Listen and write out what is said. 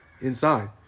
inside